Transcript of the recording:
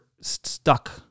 stuck